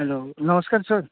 hello नमस्कार sir